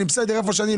אני בסדר איפה שאני,